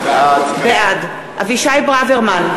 בעד אבישי ברוורמן,